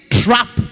trap